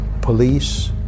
police